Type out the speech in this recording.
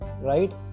Right